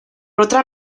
otra